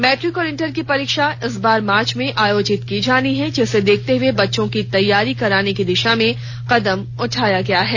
matric और inter की परीक्षा इस बार मार्च में आयोजित की जानी है जिसे देखते हुए बच्चों की तैयारी कराने की दिशा में कदम उठाया गया है